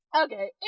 Okay